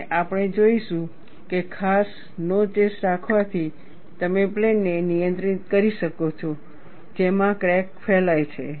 અને આપણે જોઈશું કે ખાસ નોચેસ રાખવાથી તમે પ્લેનને નિયંત્રિત કરી શકો છો જેમાં ક્રેક ફેલાય છે